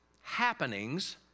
happenings